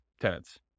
tenants